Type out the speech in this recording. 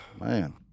Man